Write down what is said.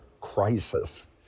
crisis